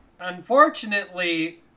unfortunately